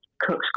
Cook's